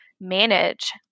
manage